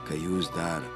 kai jūs dar